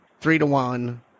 Three-to-one